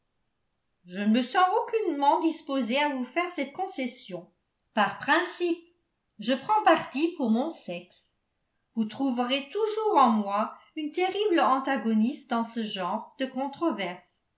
je ne me sens aucunement disposée à vous faire cette concession par principe je prends parti pour mon sexe vous trouverez toujours en moi une terrible antagoniste dans ce genre de controverses